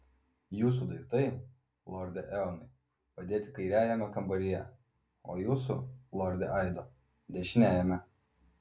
jūsų daiktai lorde eonai padėti kairiajame kambaryje o jūsų lorde aido dešiniajame